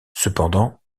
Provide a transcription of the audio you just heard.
cependant